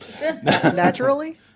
Naturally